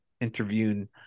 interviewing